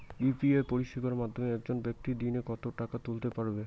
UPI পরিষেবার মাধ্যমে একজন ব্যাক্তি দিনে কত টাকা তুলতে পারবে?